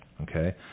okay